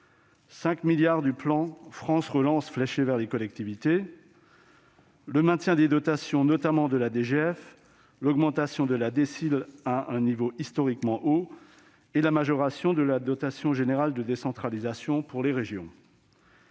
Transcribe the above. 5 milliards du plan France Relance fléchés vers les collectivités ; maintien des dotations, notamment de la DGF ; augmentation de la DSIL à un niveau historiquement haut ; majoration de la dotation générale de décentralisation pour les régions